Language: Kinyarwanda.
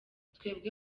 twebwe